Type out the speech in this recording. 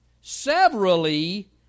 severally